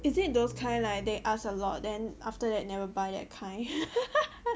is it those kind like they asked a lot then after that never buy that kind